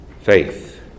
Faith